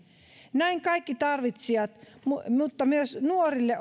näin kaikille tarvitsijoille mutta myös nuorille